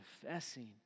confessing